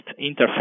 interface